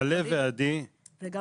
על"ה ועדי, רק